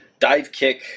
Divekick